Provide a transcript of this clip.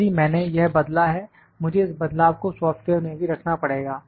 यदि मैंने यह बदला है मुझे इस बदलाव को सॉफ्टवेयर में भी रखना पड़ेगा